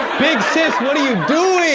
big sis, what are you doing?